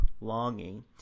longing